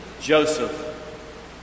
Joseph